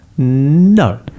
No